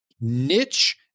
niche